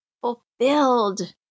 fulfilled